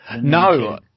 No